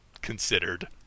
considered